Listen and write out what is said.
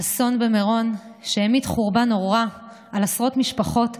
האסון במירון, שהמיט חורבן נורא על עשרות משפחות,